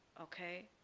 okay